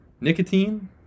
Nicotine